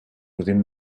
within